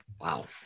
wow